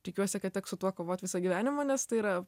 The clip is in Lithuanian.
tikiuosi kad teks su tuo kovot visą gyvenimą nes tai yra